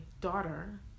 daughter